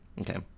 Okay